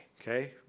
okay